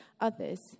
others